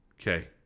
Okay